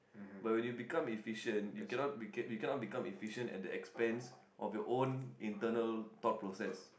but when you become efficient you cannot became you cannot become efficient at the expense of your own internal thought process